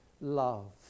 love